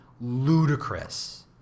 ludicrous